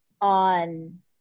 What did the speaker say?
on